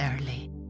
early